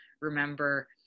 remember